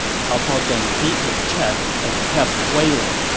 cao cao then beat his chest and kept wailing.